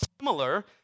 similar